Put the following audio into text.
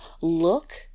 Look